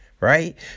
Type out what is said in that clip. Right